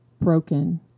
broken